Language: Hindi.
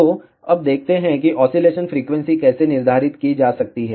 तो अब देखते हैं कि ऑसीलेशन फ्रीक्वेंसी कैसे निर्धारित की जा सकती है